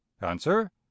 Answer